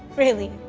really,